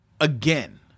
again